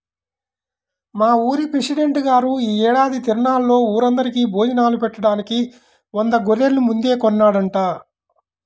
మా ఊరి పెసిడెంట్ గారు యీ ఏడాది తిరునాళ్ళలో ఊరందరికీ భోజనాలు బెట్టడానికి వంద గొర్రెల్ని ముందే కొన్నాడంట